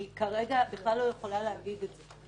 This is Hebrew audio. אני בכלל לא יכולה להגיד את זה.